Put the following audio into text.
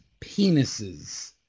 penises